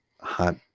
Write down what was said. hot